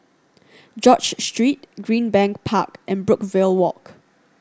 George Street Greenbank Park and Brookvale Walk